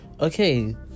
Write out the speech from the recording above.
okay